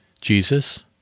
Jesus